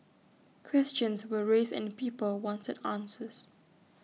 questions were raised and people wanted answers